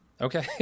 Okay